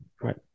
Right